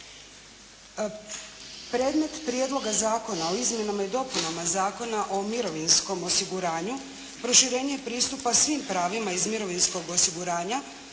Predmet Prijedloga zakona o izmjenama i dopunama Zakona o mirovinskom osiguranju proširenje pristupa svim pravima iz mirovinskog osiguranja